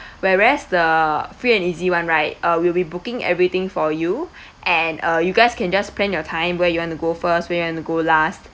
whereas the free and easy one right uh we'll be booking everything for you and uh you guys can just plan your time where you wanna go first where you want to go last